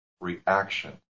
reaction